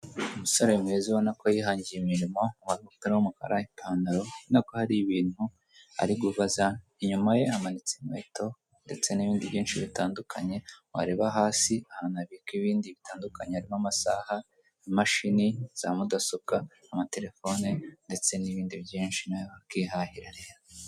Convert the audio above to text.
Umusore mwiza ubona ko yihangiye imirimo wambaye umupira w'umukara ipantalo ubona ko hari ibintu arikubaza, inyuma ye hamanitse inkweto, ndetse n'ibindi byinshi bitandukanye, wareba hasi hanabikwa ibindi bitandukanye, harimo amasaha, imashini za mudasobwa, amatelefone ndetse n'ibindi byinshi nawe wakwihahira rero.